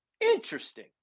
Interesting